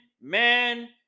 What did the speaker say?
man